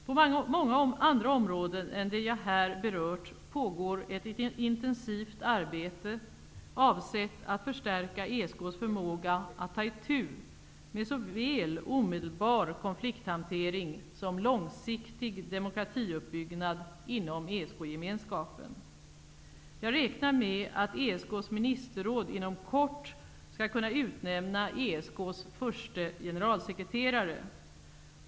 På många andra områden än de jag här berört pågår ett intensivt arbete avsett att förstärka ESK:s förmåga att ta itu med såväl omedelbar konflikthantering som långsiktig demokratiuppbyggnad inom ESK-gemenskapen. Jag räknar med att ESK:s ministerråd inom kort skall kunna utnämna ESK:s förste generalsekreterare.